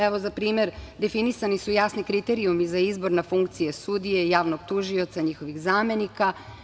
Evo za primer, definisani su jasni kriterijumi za izbor na funkcije sudije i javnog tužioca, njihovih zamenika.